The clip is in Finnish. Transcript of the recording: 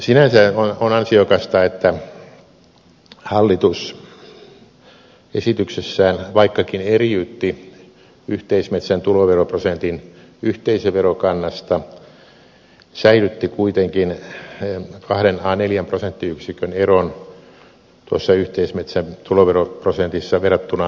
sinänsä on ansiokasta että hallitus esityksessään vaikkakin eriytti yhteismetsän tuloveroprosentin yhteisöverokannasta säilytti kuitenkin kahdenneljän prosenttiyksikön eron tuossa yhteismetsän tuloveroprosentissa verrattuna pääomatulon tuloveroprosentteihin